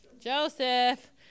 Joseph